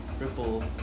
Ripple